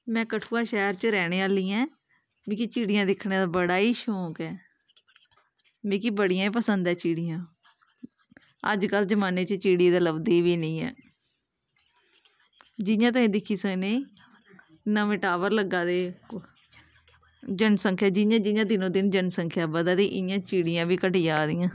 में कठुआ शैह्र च रैह्ने आह्ली ऐ मिगी चिड़ियां दिक्खने दा बड़ा ही शौंक ऐ मिगी बड़ियां गै पसंद ऐं चिड़ियां अज्ज कल जमान्ने च चिड़ी ते लभदी बी निं ऐ जियां तुस दिक्खी सकने नमें टावर लग्गा दे जनसंख्या जियां जियां दिनो दिन जनसंख्या बधा दी इ'यां चिड़ियां बी घटी जा दियां